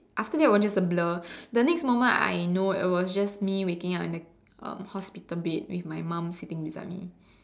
after that it was just a blur the next moment I know it was just me waking up in the um hospital bed with my mum sitting beside me